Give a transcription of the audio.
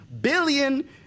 billion